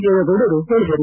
ದೇವೇಗೌಡರು ಹೇಳಿದರು